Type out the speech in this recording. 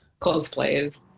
Cosplayers